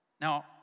Now